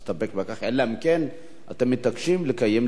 אלא אם כן אתם מתעקשים לקיים דיון בוועדה.